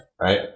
right